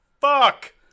fuck